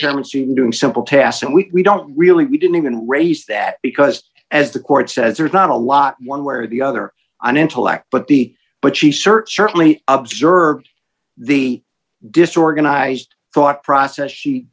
german scene doing simple tasks and we don't really didn't even raise that because as the court says there's not a lot one way or the other on intellect but the but she certainly observed the disorganized thought process she